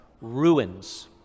Ruins